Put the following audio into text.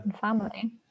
family